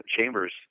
Chambers